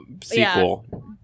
sequel